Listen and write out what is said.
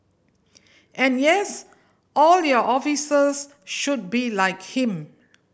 and yes all your officers should be like him